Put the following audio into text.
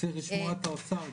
צריך לשמוע את האוצר גם.